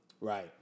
Right